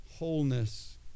wholeness